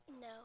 No